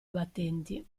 battenti